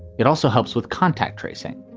it also helps with contact tracing.